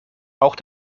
auch